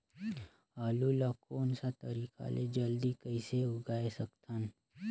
आलू ला कोन सा तरीका ले जल्दी कइसे उगाय सकथन?